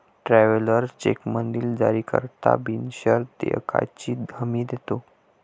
travellers चेकमधील जारीकर्ता बिनशर्त देयकाची हमी देतो